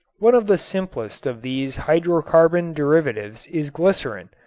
one of the simplest of these hydrocarbon derivatives is glycerin,